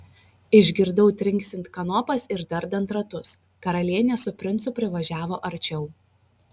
išgirdau trinksint kanopas ir dardant ratus karalienė su princu privažiavo arčiau